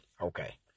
Okay